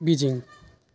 Beijing